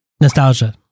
Nostalgia